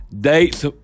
dates